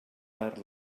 per